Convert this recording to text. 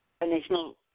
national